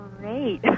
Great